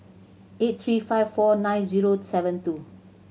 eight three five four nine zero seven two